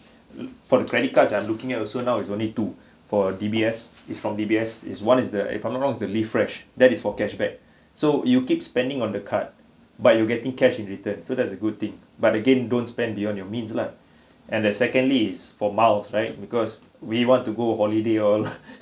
for the credit cards I'm looking at also now is only two for D_B_S is from D_B_S is one is the if I'm not wrong is the live fresh that is for cash back so you keep spending on the card but you getting cash in return so that's a good thing but again don't spend beyond your means lah and the secondly is for miles right because we want to go holiday all